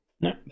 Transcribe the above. No